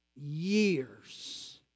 years